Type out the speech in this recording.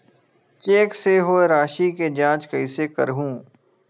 Cheque से होए राशि के जांच कइसे करहु?